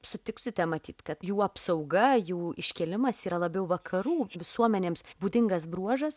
sutiksite matyt kad jų apsauga jų iškėlimas yra labiau vakarų visuomenėms būdingas bruožas